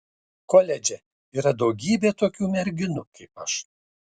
koledže yra daugybė tokių merginų kaip aš